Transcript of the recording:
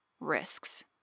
risks